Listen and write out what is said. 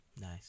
nice